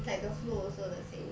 like the flow also the same